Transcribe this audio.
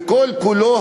וכל-כולו,